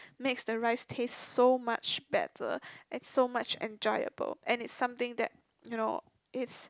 makes the rice taste so much better and so much enjoyable and it's something that you know